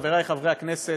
חברי חברי הכנסת,